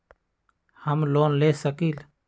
हम लोन ले सकील?